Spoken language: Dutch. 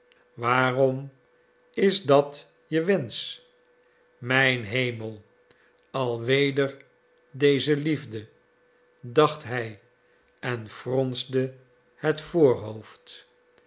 waarom is dat je wensch mijn hemel al weder deze liefde dacht hij en fronste het voorhoofd